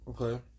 Okay